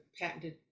patented